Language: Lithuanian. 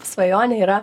svajonė yra